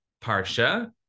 Parsha